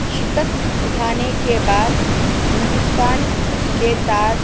شکست اٹھانے کے بعد ہندوستان کے تاج